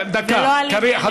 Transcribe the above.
דקה.